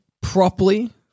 properly